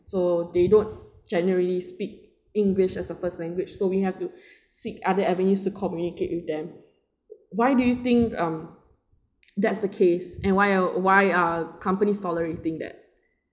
so they don't generally speak english as a first language so we have to seek other avenues to communicate with them why do you think um that's the case and why are why are companies tolerating that